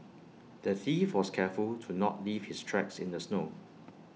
the thief was careful to not leave his tracks in the snow